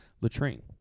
latrine